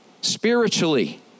spiritually